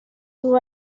who